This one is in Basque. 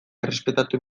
errespetatu